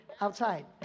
outside